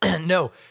No